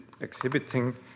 exhibiting